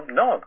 no